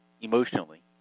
emotionally